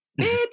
Bitch